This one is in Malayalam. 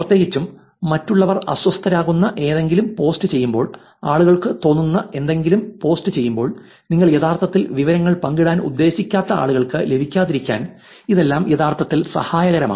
പ്രത്യേകിച്ചും മറ്റുള്ളവർ അസ്വസ്ഥരാകുന്ന എന്തെങ്കിലും പോസ്റ്റുചെയ്യുമ്പോൾ ആളുകൾക്ക് തോന്നുന്ന എന്തെങ്കിലും പോസ്റ്റുചെയ്യുമ്പോൾ നിങ്ങൾ യഥാർത്ഥത്തിൽ വിവരങ്ങൾ പങ്കിടാൻ ഉദ്ദേശിക്കാത്ത ആളുകൾക്ക് ലഭിക്കാതിരിക്കാൻ ഇതെല്ലാം യഥാർത്ഥത്തിൽ സഹായകരമാണ്